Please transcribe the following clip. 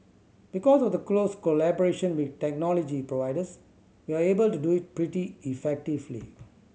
because of the close collaboration with technology providers we are able to do it pretty effectively